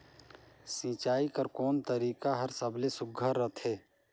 सिंचाई कर कोन तरीका हर सबले सुघ्घर रथे?